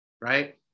right